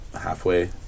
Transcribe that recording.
halfway